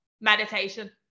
Meditation